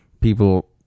people